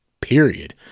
period